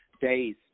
days